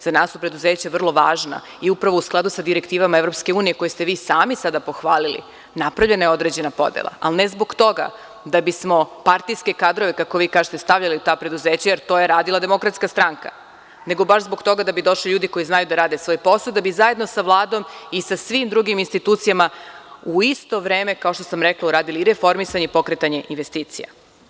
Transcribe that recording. Za nas su preduzeća vrlo važna i upravo u skladu sa direktivama EU koje ste vi sami sada pohvalili, napravljena je određena podela, ali ne zbog toga da bi smo partijske kadrove, kako vi kažete, stavljali u ta preduzeća, jer to je radila DS, nego baš zbog toga da bi došli ljudi koji znaju da rade svoj posao, da bi zajedno sa Vladom i sa svim drugim institucijama u isto vreme, kao što sam rekla, uradili i reformisanje i pokretanje investicija.